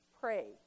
pray